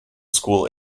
school